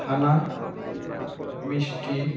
ছানার মিষ্টি